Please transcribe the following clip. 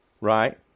right